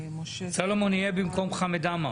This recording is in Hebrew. סולומון יהיה במקום חאמד עמר?